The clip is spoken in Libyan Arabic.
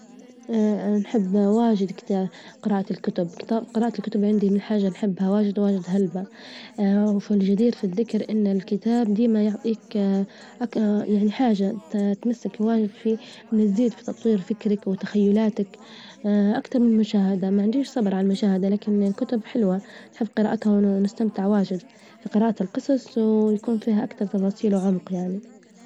نحب واجد جراءة الكتب، جراءة الكتب عندي من حاجة نحبها واجد واجد هلبا، وفي الجدير في الذكر إن الكتاب ديما يعطيك يعني حاجة تتمسك الواجد في إنه تزيد في تطوير فكرك وتخيلاتك، أكثر من مشاهدة ما عنديش عالمشاهدة لكن كتب حلوة نحب جراءتها ونستمتع واجد في جراءة الجصص، ويكون فيها أكثر تفاصيل وعمج يعني.